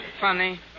Funny